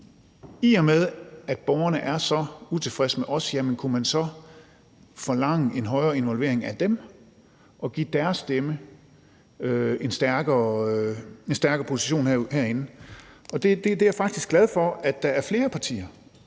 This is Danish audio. i og med at borgerne er så utilfredse med os, så kunne forlange en højere involvering af dem og give deres stemme en stærkere position herinde. Jeg er faktisk glad for, at der er flere partier,